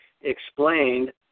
explained